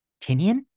Tinian